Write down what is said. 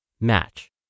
match